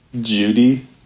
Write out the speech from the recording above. Judy